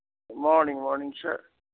morning morning sir